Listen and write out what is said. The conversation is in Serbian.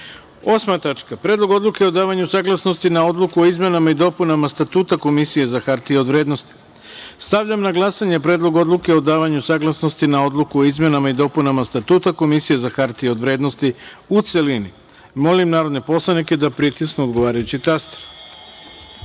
tačka – Predlog odluke o davanju saglasnosti na Odluku o izmenama i dopunama Statuta Komisije za hartije od vrednosti. Stavljam na glasanje Predlog odluke o davanju saglasnosti na Odluku o izmenama i dopunama Statuta Komisije za hartije od vrednosti, u celini. Zaustavljam glasanje: ukupno 172, za